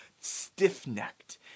stiff-necked